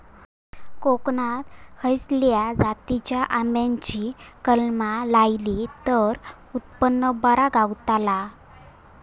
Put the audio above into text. कोकणात खसल्या जातीच्या आंब्याची कलमा लायली तर उत्पन बरा गावताला?